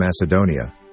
Macedonia